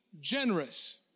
generous